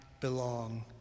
belong